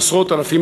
עשרות-אלפים,